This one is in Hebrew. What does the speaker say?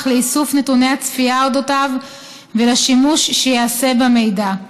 לאיסוף נתוני הצפייה עליו ולשימוש שייעשה במידע,